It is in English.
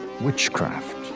witchcraft